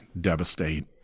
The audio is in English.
devastate